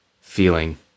feeling